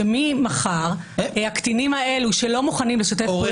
שממחר הקטינים האלו שלא מוכנים לשתף פעולה